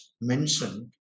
mentioned